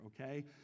okay